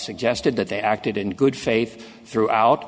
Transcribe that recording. suggested that they acted in good faith throughout